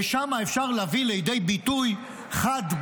ושם אפשר להביא לידי ביטוי חד,